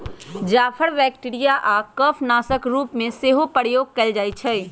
जाफर bacteria आऽ कफ नाशक के रूप में सेहो प्रयोग कएल जाइ छइ